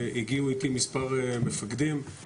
הגיעו איתי מספר מפקדים.